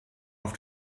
auf